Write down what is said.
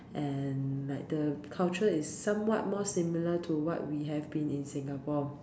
and like the culture is somewhat more similar to what we have been in Singapore